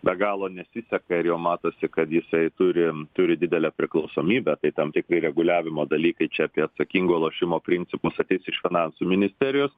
be galo nesiseka ir jau matosi kad jisai turi turi didelę priklausomybę tai tam tikri reguliavimo dalykai čia apie atsakingo lošimo principus ateis iš finansų ministerijos